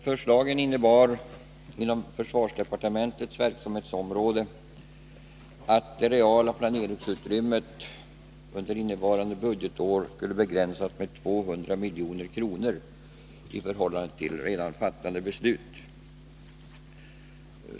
Förslagen avseende försvarsdepartementets verksamhetsområde innebar att det reala planeringsutrymmet under innevarande budgetår skulle begränsas med 200 milj.kr. i förhållande till redan fattade beslut.